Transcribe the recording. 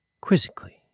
quizzically